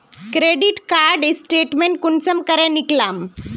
Credit card statement कुंसम करे निकलाम?